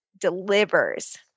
delivers